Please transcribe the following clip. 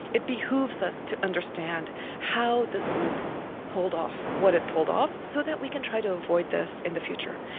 it behooves us to understand how this group pulled off and what it pulled off so that we can try to avoid this in the future.